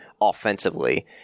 offensively